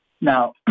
Now